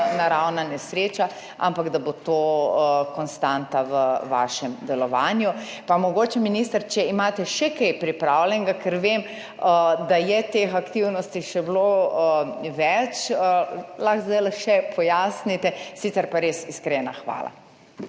naravna nesreča, ampak da bo to konstanta v vašem delovanju. Pa mogoče minister, če imate še kaj pripravljenega, ker vem, da je bilo teh aktivnosti še več, lahko zdajle še pojasnite. Sicer pa res iskrena hvala.